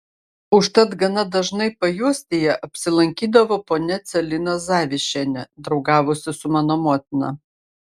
užtat gana dažnai pajuostyje apsilankydavo ponia celina zavišienė draugavusi su mano motina